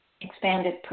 expanded